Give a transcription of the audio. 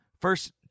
first